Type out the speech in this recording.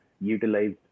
utilized